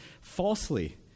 falsely